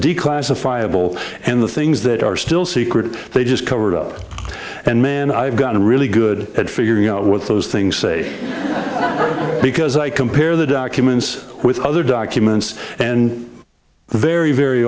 de classifiable and the things that are still secret they just cover it up and man i've got a really good at figuring out what those things say because i compare the documents with other documents and very very